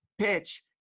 PITCH